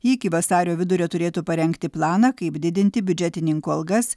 ji iki vasario vidurio turėtų parengti planą kaip didinti biudžetininkų algas